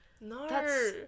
no